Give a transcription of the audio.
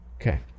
Okay